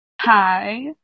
Hi